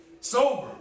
Sober